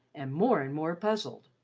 and more and more puzzled.